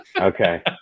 Okay